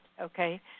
okay